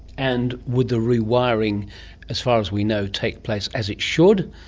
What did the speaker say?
and would the rewiring as far as we know take place as it should?